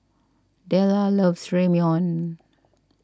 Dellar loves Ramyeon